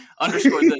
underscore